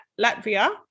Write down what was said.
Latvia